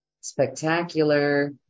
Spectacular